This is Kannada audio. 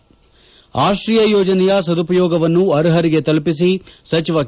ಇ ಆಶ್ರಯ ಯೋಜನೆಯ ಸದುಪಯೋಗವನ್ನು ಅರ್ಹರಿಗೆ ತಲುಪಿಸಿ ಸಚಿವ ಕೆ